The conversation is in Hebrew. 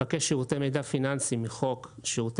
ספקי שירותי מידע פיננסיים לחוק שירות